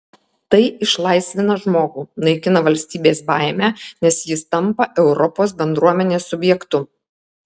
tai išlaisvina žmogų naikina valstybės baimę nes jis tampa europos bendruomenės subjektu